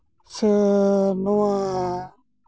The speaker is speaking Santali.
ᱥᱮ ᱱᱚᱣᱟ